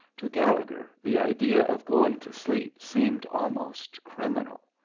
to gallegher the idea of going to sleep seemed almost criminal.